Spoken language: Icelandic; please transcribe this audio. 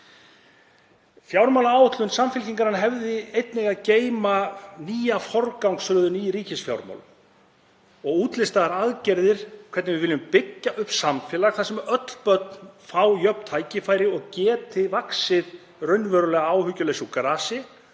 Fjármálaáætlun Samfylkingarinnar hefði einnig að geyma nýja forgangsröðun í ríkisfjármálum og útlistaðar aðgerðir um það hvernig við viljum byggja upp samfélag þar sem öll börn fá jöfn tækifæri og geta vaxið raunverulega áhyggjulaus úr grasi